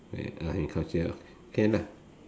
eh art and culture can ah